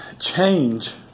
change